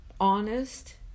honest